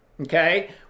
okay